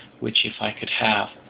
which if i could have,